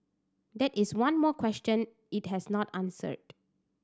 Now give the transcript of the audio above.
that is one more question it has not answered